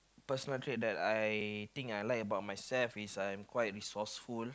personal trait that I think I like about myself is I am quite resourceful